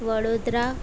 Vadodara